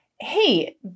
hey